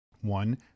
One